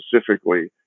specifically